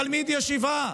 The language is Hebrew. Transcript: תלמיד ישיבה,